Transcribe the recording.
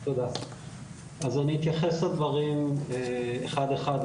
אני אתייחס לדברים אחד אחד,